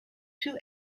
two